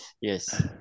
Yes